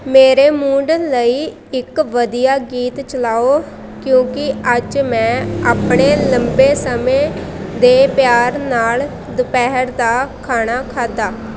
ਮੇਰੇ ਮੂੰਡ ਲਈ ਇੱਕ ਵਧੀਆ ਗੀਤ ਚਲਾਓ ਕਿਉਂਕਿ ਅੱਜ ਮੈਂ ਆਪਣੇ ਲੰਬੇ ਸਮੇਂ ਦੇ ਪਿਆਰ ਨਾਲ ਦੁਪਹਿਰ ਦਾ ਖਾਣਾ ਖਾਧਾ